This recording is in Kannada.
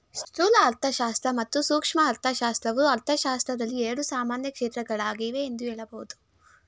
ಸ್ಥೂಲ ಅರ್ಥಶಾಸ್ತ್ರ ಮತ್ತು ಸೂಕ್ಷ್ಮ ಅರ್ಥಶಾಸ್ತ್ರವು ಅರ್ಥಶಾಸ್ತ್ರದಲ್ಲಿ ಎರಡು ಸಾಮಾನ್ಯ ಕ್ಷೇತ್ರಗಳಾಗಿವೆ ಎಂದು ಹೇಳಬಹುದು